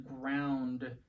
ground